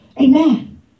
Amen